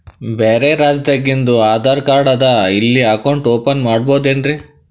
ಬ್ಯಾರೆ ರಾಜ್ಯಾದಾಗಿಂದು ಆಧಾರ್ ಕಾರ್ಡ್ ಅದಾ ಇಲ್ಲಿ ಅಕೌಂಟ್ ಓಪನ್ ಮಾಡಬೋದೇನ್ರಿ?